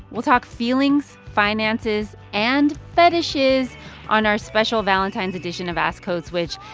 we'll talk feelings, finances and fetishes on our special valentine's edition of ask code switch.